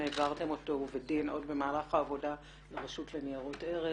אתם העברתם אותו בדין עוד במהלך העבודה לרשות לניירות ערך